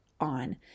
on